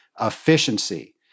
efficiency